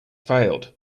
failed